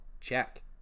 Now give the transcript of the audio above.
check